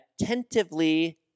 attentively